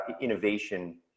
innovation